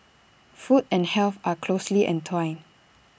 food and health are closely entwined